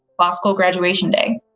law school graduation day.